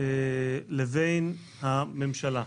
לבין הממשלה.